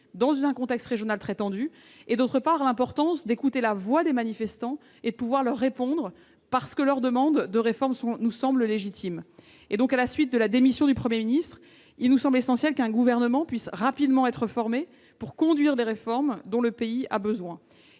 dans un contexte régional très tendu, d'une part, et appelle à écouter les manifestants et à leur répondre, d'autre part, leur demande de réformes nous semblant légitime. À la suite de la démission du Premier ministre, il nous paraît essentiel qu'un gouvernement puisse rapidement être formé pour conduire les réformes dont le pays a besoin.